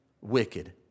wicked